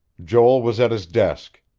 joel was at his desk.